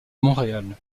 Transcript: montréal